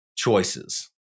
choices